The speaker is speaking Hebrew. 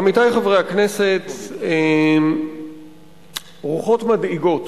עמיתי חברי הכנסת, רוחות מדאיגות